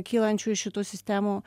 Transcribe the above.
kylančių iš šitų sistemų